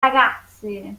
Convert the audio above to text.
ragazze